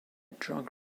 drug